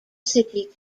city